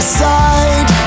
side